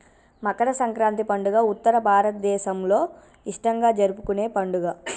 మకర సంక్రాతి పండుగ ఉత్తర భారతదేసంలో ఇష్టంగా జరుపుకునే పండుగ